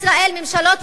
ממשלות ישראל,